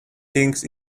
things